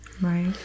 Right